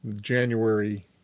January